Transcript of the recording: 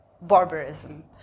barbarism